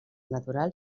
natural